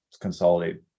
consolidate